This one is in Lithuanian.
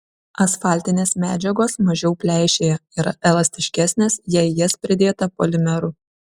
asfaltinės medžiagos mažiau pleišėja yra elastiškesnės jei į jas pridėta polimerų